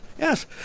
yes